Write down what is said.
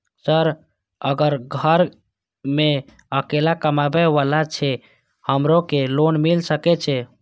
Sir अगर घर में अकेला कमबे वाला छे हमरो के लोन मिल सके छे?